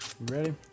ready